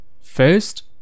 first